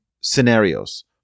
scenarios